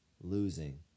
losing